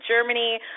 Germany